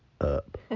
up